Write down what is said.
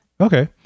Okay